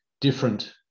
different